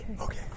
Okay